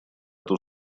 эта